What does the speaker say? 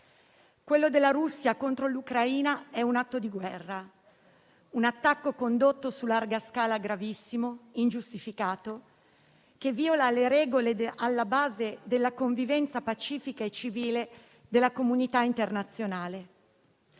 Quello della Russia contro l'Ucraina è un atto di guerra, un attacco condotto su larga scala, gravissimo e ingiustificato, che viola le regole alla base della convivenza pacifica e civile della comunità internazionale.